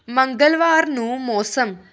ਮੰਗਲਵਾਰ ਨੂੰ ਮੌਸਮ